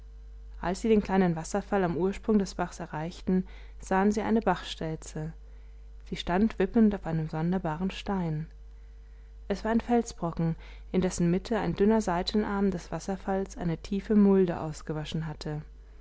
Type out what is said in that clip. als sie den kleinen wasserfall am ursprung des baches erreichten sahen sie eine bachstelze sie stand wippend auf einem sonderbaren stein es war ein felsbrocken in dessen mitte ein dünner seitenarm des wasserfalls eine tiefe mulde ausgewaschen hatte